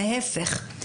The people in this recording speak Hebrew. ההיפך,